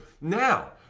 Now